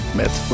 met